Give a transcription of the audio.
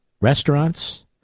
restaurants